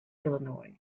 illinois